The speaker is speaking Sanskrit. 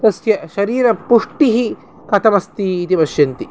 तस्य शरीरपुष्टिः कथमस्ति इति पश्यन्ति